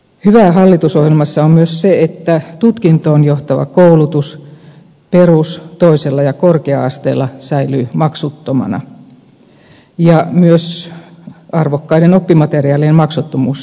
hyvää hallitusohjelmassa on myös se että tutkintoon johtava koulutus perus toisella ja korkea asteella säilyy maksuttomana ja myös arvokkaiden oppimateriaalien maksuttomuus selvitetään